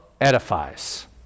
edifies